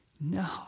No